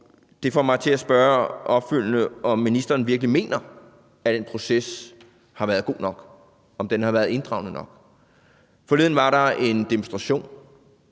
det får mig til at spørge opfølgende, om ministeren virkelig mener, at den proces har været god nok, om den har været inddragende nok. Forleden var der en demonstration